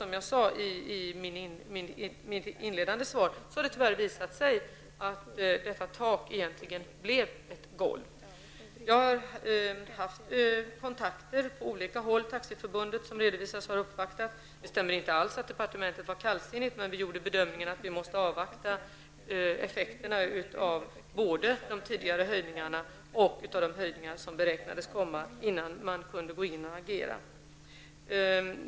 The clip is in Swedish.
Som jag sade i mitt inledande svar har det tyvärr visat sig att detta tak egentligen blev ett golv. Jag har haft olika kontakter. Taxiförbundet har, som redovisats, uppvaktat. Det stämmer inte alls att departementet var kallsinnigt, men vi gjorde bedömningen att vi måste avvakta effekterna av både de tidigare höjningarna och de höjningar som beräknades komma innan vi kunde gå in och agera.